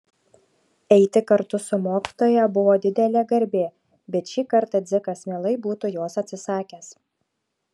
eiti kartu su mokytoja buvo didelė garbė bet šį kartą dzikas mielai būtų jos atsisakęs